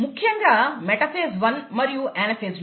ముఖ్యంగా మెటాఫేజ్ 1 మరియు అనఫేజ్ లో